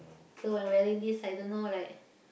so when wearing this I don't know like